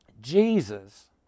Jesus